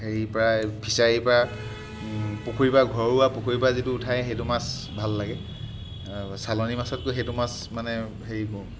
হেৰি প্ৰায় ফিচাৰিৰ পৰা পুখুৰীৰ পৰা ঘৰুৱা পুখুৰীৰ পৰা যিটো উঠায় সেইটো মাছ ভাল লাগে ছালানী মাছতকৈ সেইটো মাছ মানে হেৰি কৰোঁ